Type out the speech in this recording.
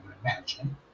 imagine